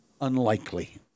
Unlikely